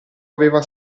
aveva